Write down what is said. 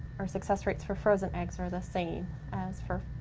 our success rates for frozen eggs are the same as for,